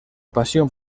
pasión